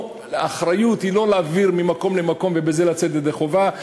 האחריות היא לא להעביר ממקום למקום ובזה לצאת ידי חובה.